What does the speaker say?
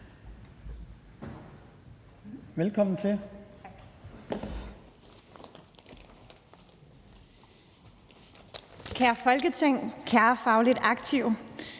Kære Folketing, kære fagligt aktive.